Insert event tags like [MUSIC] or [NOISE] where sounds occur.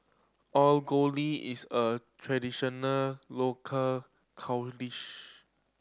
Alu [UNINTELLIGIBLE] is a traditional local [UNINTELLIGIBLE]